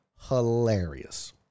hilarious